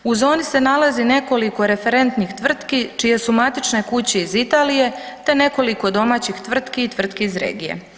U zoni se nalazi nekoliko referentnih tvrtki čije su matične kuće iz Italije te nekoliko domaćih tvrtki i tvrtki iz regije.